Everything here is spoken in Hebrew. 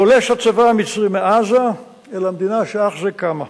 פולש הצבא המצרי מעזה אל המדינה שאך זה קמה.